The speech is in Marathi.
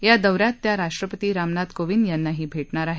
या दौ यात त्या राष्ट्रपती रामनाथ कोविंद यांनाही भेटणार आहेत